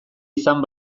izan